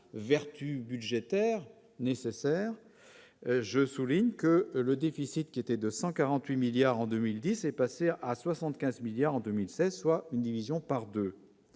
vertu budgétaire nécessaire je souligne que le déficit qui était de 148 milliards en 2010 est passé à 75 milliards en 2016 soit une division par 2,